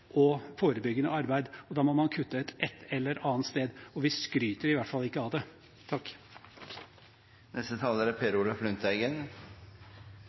og forebyggende arbeid. Da må man kutte et eller annet sted – og vi skryter i hvert fall ikke av det. For Senterpartiet gjelder saken trygghet og beredskap og mer likeverdige spesialisthelsetilbud. Og som Ingalill Olsen sa, er